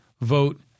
vote